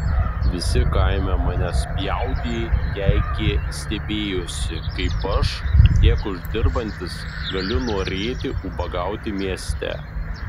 visi kaime mane spjaudė keikė stebėjosi kaip aš tiek uždirbantis galiu norėti ubagauti mieste